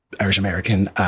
Irish-American